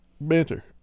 banter